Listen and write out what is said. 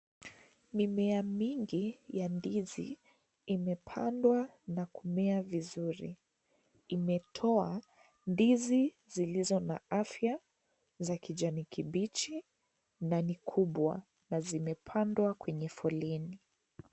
Mimea mingi ya ndizi imepandwa na kumea vizuri, imetoa ndizi zilizo na afya za kijani kibichi na ni kubwa na zimepandwa kwenye foleni.